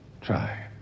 Try